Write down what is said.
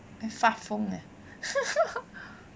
会发疯 leh